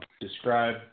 describe